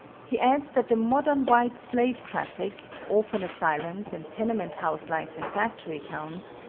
he adds that the modern white slave traffic, orphan asylums, and tenement house life in factory towns,